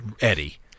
Eddie